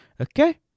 okay